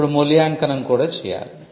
ఇప్పుడు మూల్యాంకనం కూడా చేయాలి